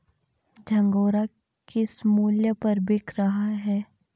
झंगोरा किस मूल्य पर बिक रहा है?